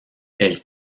elle